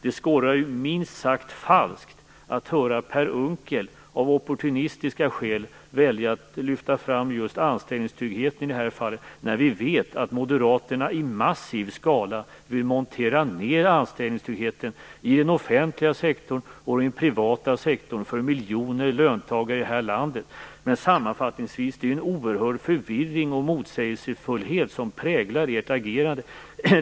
Det skorrar minst sagt falskt att höra Per Unckel av opportunistiska skäl välja att lyfta fram just anställningstryggheten i det här fallet, när vi vet att moderaterna i massiv skala vill montera ned anställningstryggheten i den offentliga sektorn och i den privata sektorn för miljoner löntagare i det här landet. Sammanfattningsvis: Det är en oerhörd förvirring och motsägelsefullhet som präglar ert agerande.